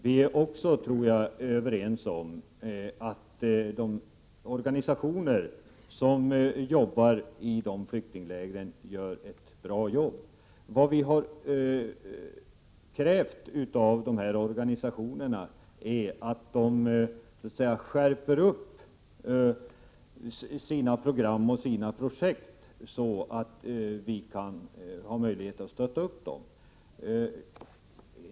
Vi är också, tror jag, överens om att de organisationer som arbetar i de flyktinglägren gör ett bra jobb. Det vi har krävt av de här organisationerna är att de skärper sina program och sina projekt, så att vi kan stötta dem.